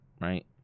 right